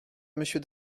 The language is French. monsieur